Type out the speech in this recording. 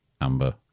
amber